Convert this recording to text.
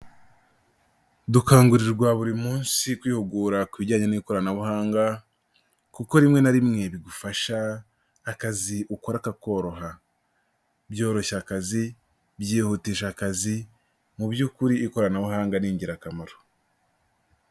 Dukangurirwa buri munsi kwihugura kubijyanye n'ikoranabuhanga, kuko rimwe na rimwe bigufasha akazi ukora kakoroha. Byoroshya akazi, byihutisha akazi, mu by'ukuri ikoranabuhanga ni ingirakamaro.